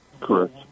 Correct